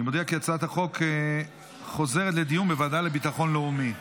אני מודיע כי הצעת החוק חוזרת לדיון בוועדה לביטחון לאומי.